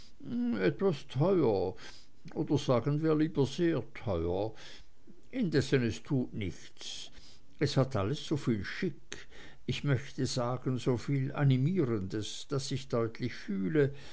etwas teuer oder sagen wir lieber sehr teuer indessen es tut nichts es hat alles so viel schick ich möchte sagen so viel animierendes daß ich deutlich fühle